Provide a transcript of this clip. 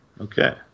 Okay